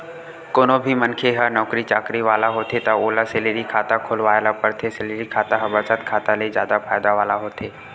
कोनो भी मनखे ह नउकरी चाकरी वाला होथे त ओला सेलरी खाता खोलवाए ल परथे, सेलरी खाता ह बचत खाता ले जादा फायदा वाला होथे